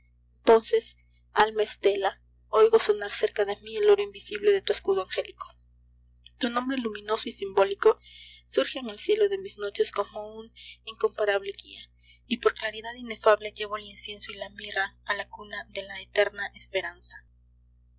entonces alma stella oigo sonar cerca de mí el oro invisible de tu escudo angélico tu nombre luminoso y simbólico surge en el cielo de mis noches como un incomparable guía y por claridad inefable llevo el incienso y la mirra a la cuna de la eterna esperanza